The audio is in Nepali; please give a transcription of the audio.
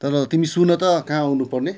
तर तिमी सुन त कहाँ आउनु पर्ने